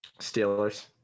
Steelers